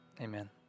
amen